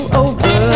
over